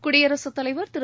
குடியரசுத் தலைவர் திரு